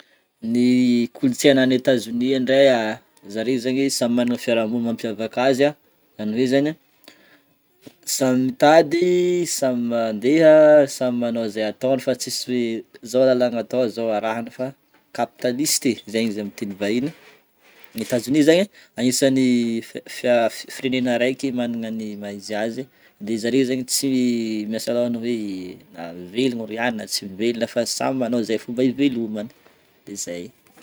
Ny kolontsaina any Etazonia ndray, zare zegny samy manana ny fiarahamoniny mampiavaka azy a zany hoe zegny a samy mitady, samy mandeha, samy manao izay ataony fa tsisy hoe zao lalagna atao, zao arahana fa capitaliste e zegny izy amin'ny teny vahiny. Etazonia zany agnisan'ny fi- fia- fi- firenena araiky magnana ny maha izy azy de zare zegny tsy miasa lôha ny hoe na velogna ry anina na tsy velogna fa samy manao zay fomba ivelomany, de zay.